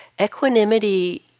equanimity